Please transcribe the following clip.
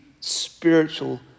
spiritual